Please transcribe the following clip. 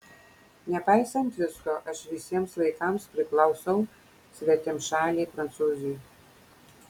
nepaisant visko aš visiems laikams priklausau svetimšalei prancūzei